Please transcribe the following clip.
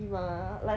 morning workout